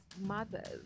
mothers